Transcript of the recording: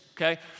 Okay